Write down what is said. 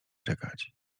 czekać